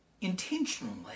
intentionally